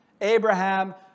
Abraham